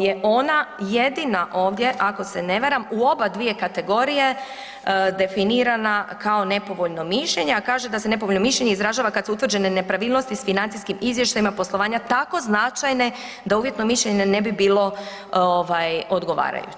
je ona jedina ovdje ako se ne varam u obadvije kategorije definirana kao nepovoljno mišljenje, a kaže da se nepovoljno mišljenje izražava kada su utvrđene nepravilnosti sa financijskim izvještajima poslovanja tako značajne da uvjetno mišljenje ne bi bilo odgovarajuće.